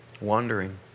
wandering